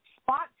spot